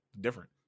different